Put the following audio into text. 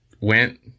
went